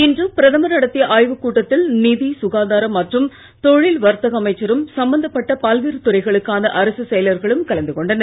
இன்று பிரதமர் நடத்திய ஆய்வுக் கூட்டத்தில் நிதி சுகாதாரம் மற்றும் தொழில் வர்த்தக அமைச்சரும் சம்பந்தப்பட்ட பல்வேறு துறைகளுக்கான அரசுச் செயலர்களும் கலந்து கொண்டனர்